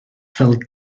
fel